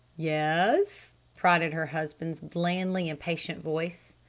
yes? prodded her husband's blandly impatient voice.